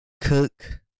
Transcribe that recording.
Cook